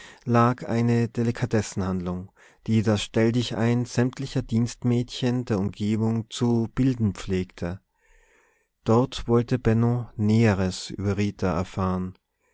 lag eine delikatessenhandlung die das stelldichein sämtlicher dienstmädchen der umgegend zu bilden pflegte dort wollte benno näheres über rita erfahren